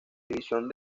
división